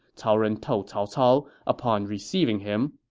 cao ren told cao cao upon receiving him.